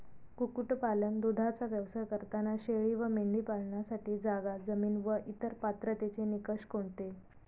कुक्कुटपालन, दूधाचा व्यवसाय करताना शेळी व मेंढी पालनासाठी जागा, जमीन व इतर पात्रतेचे निकष कोणते?